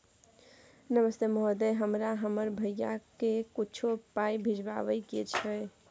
नमस्ते महोदय, हमरा हमर भैया के कुछो पाई भिजवावे के छै?